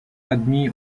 admis